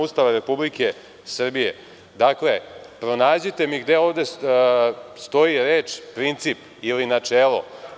Ustava Republike Srbije.“ Dakle, pronađite gde stoji reč – princip ili načelo.